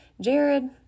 Jared